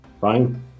fine